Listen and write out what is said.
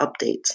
updates